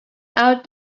out